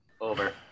Over